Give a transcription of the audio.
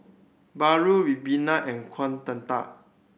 paru ribena and Kueh Dadar